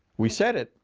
we set it,